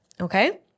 Okay